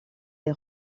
des